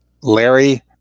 larry